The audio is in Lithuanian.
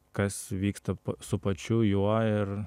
kas vyksta su pačiu juo ir